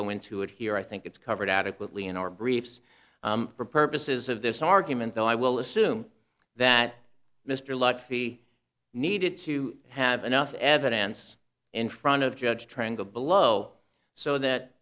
go into it here i think it's covered adequately in our briefs for purposes of this argument though i will assume that mr lotfy needed to have enough evidence in front of judge triangle below so that